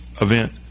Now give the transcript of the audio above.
event